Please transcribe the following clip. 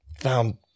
found